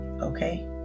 Okay